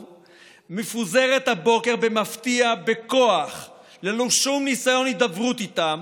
מפוזרת הבוקר במפתיע בכוח ללא שום ניסיון הידברות איתם,